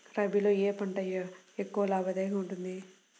రబీలో ఏ పంట ఎక్కువ లాభదాయకంగా ఉంటుంది?